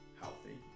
healthy